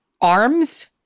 Arms